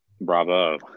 bravo